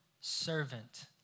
servant